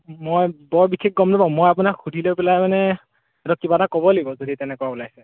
মই বৰ বিশেষ গম নাপাওঁ মই আপোনাক সুধি লৈ পেলাই মানে তাহঁতক কিবা এটা ক'ব লাগিব যদি তেনেকুৱা ওলাইছে